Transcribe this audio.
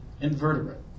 Invertebrate